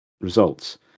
results